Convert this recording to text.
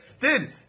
Dude